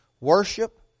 Worship